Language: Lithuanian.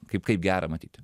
kaip kaip gera matyti